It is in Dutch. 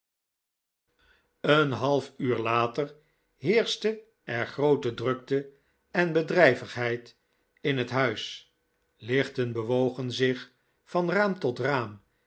een half uur later heerschte er groote drukte en bedrijvigheid in het huis lichten bewogen zich van raam tot raam